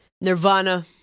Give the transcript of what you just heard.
Nirvana